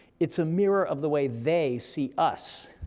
it's a mirror of the way they see us.